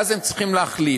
ואז הם צריכים להחליט.